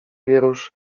wierusz